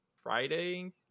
Friday